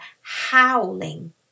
howling